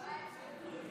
גם לא הייתה התפלגות.